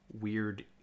weird